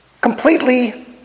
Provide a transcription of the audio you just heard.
completely